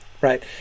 right